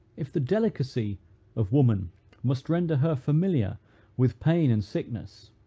if the delicacy of woman must render her familiar with pain and sickness,